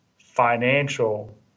financial